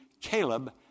Caleb